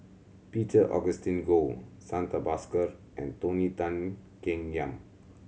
Peter Augustine Goh Santha Bhaskar and Tony Tan Keng Yam